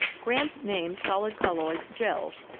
graham named solid colloids gels,